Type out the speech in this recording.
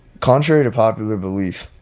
contrary to popular belief,